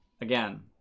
again